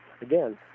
again